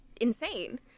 insane